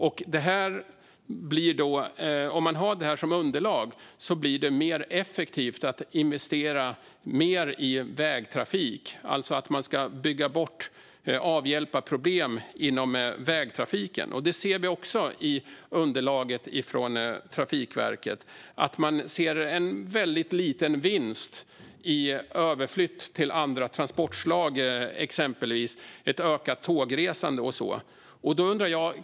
Om man har det som underlag blir det mer effektivt att investera mer i vägtrafik och alltså bygga bort och avhjälpa problem inom vägtrafiken. I underlaget från Trafikverket ser vi också att man ser en väldigt liten vinst med en överflytt till andra transportslag, exempelvis ökat tågresande.